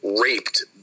raped